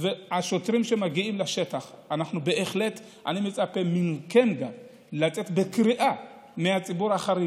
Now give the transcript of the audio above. אני מצפה גם מכם לצאת בקריאה לציבור החרדי,